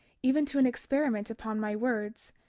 even to an experiment upon my words,